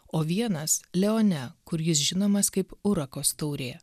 o vienas leone kur jis žinomas kaip urakos taurė